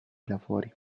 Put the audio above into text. lavori